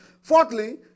Fourthly